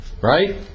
right